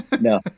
No